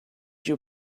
your